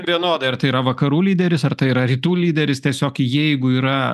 vienodai ar tai yra vakarų lyderis ar tai yra rytų lyderis tiesiog jeigu yra